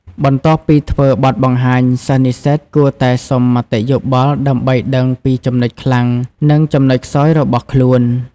បន្ទាប់ពីធ្វើបទបង្ហាញ សិស្សនិស្សិតគួរតែសុំមតិយោបល់ដើម្បីដឹងពីចំណុចខ្លាំង និងចំណុចខ្សោយរបស់ខ្លួន។